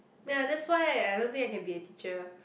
ya that's why I don't think I can be a teacher